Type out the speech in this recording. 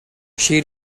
she